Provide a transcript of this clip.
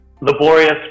laborious